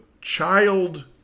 child